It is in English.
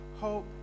Hope